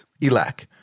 elac